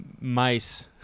mice